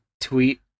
tweet